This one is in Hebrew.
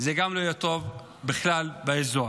גם לא יהיה טוב בכלל באזור.